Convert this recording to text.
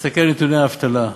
תסתכל על נתוני האבטלה,